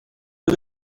who